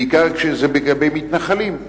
בעיקר כשזה לגבי מתנחלים,